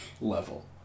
level